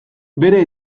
bere